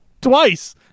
Twice